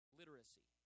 literacy